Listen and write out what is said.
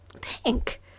Pink